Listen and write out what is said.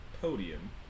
podium